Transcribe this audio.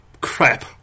crap